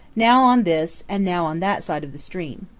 now on this, and now on that side of the stream.